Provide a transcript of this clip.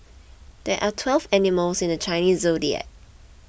there are twelve animals in the Chinese zodiac